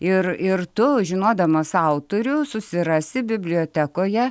ir ir tu žinodamas autorių susirasi bibliotekoje